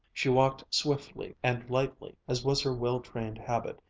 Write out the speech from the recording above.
she walked swiftly and lightly as was her well-trained habit,